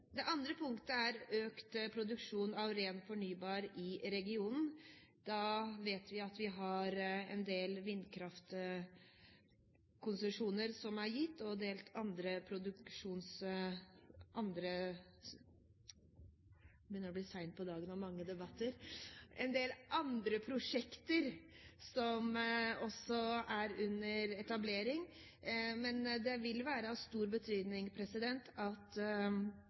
Det andre punktet er økt produksjon av ren fornybar energi i regionen. Da vet vi at en del vindkraftkonsesjoner er gitt og en del andre prosjekter er under etablering. Men det vil være av stor betydning at